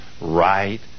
right